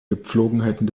gepflogenheiten